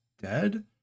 dead